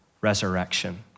resurrection